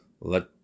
Let